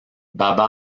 baba